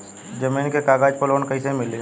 जमीन के कागज पर लोन कइसे मिली?